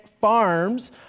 farms